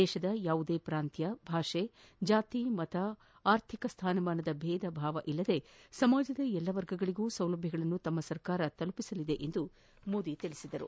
ದೇಶದ ಯಾವುದೇ ಪ್ರಾಂತ್ಲ ಭಾಷೆ ಜಾತಿ ಮತ ಆರ್ಥಿಕ ಸ್ಥಾನಮಾನದ ಭೇದ ಭಾವ ಇಲ್ಲದೆ ಸಮಾಜದ ಎಲ್ಲ ವರ್ಗಗಳಗೂ ಸೌಲಭ್ಗಳನ್ನು ತಮ್ಮ ಸರ್ಕಾರ ಕೊಂಡೊಯ್ಯಲಿದೆ ಎಂದು ಮೋದಿ ತಿಳಿಸಿದರು